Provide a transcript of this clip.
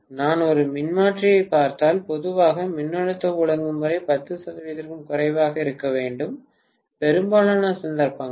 நான் ஒரு மின்மாற்றியைப் பார்த்தால் பொதுவாக மின்னழுத்த ஒழுங்குமுறை 10 சதவீதத்திற்கும் குறைவாக இருக்க வேண்டும் பெரும்பாலான சந்தர்ப்பங்களில்